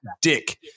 dick